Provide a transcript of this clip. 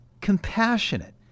compassionate